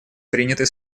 приняты